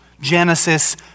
Genesis